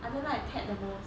I don't like ted the most